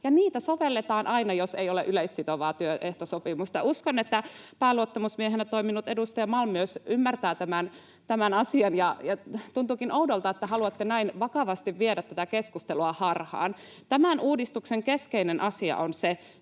niitä sovelletaan aina, jos ei ole yleissitovaa työehtosopimusta. Uskon, että pääluottamusmiehenä toiminut edustaja Malm myös ymmärtää tämän asian, ja tuntuukin oudolta, että haluatte näin vakavasti viedä tätä keskustelua harhaan. Tämän uudistuksen keskeinen asia on se,